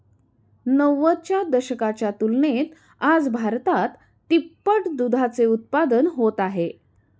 नव्वदच्या दशकाच्या तुलनेत आज भारतात तिप्पट दुधाचे उत्पादन होत आहे